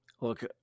Look